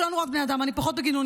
כולנו רק בני אדם, אני פחות בגינונים.